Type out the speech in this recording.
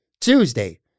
Tuesday